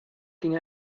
ging